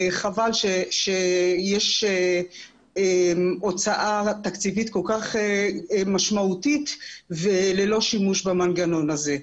חבל שיש הוצאה תקציבית כל כך משמעותית ללא שימוש במנגנון הזה.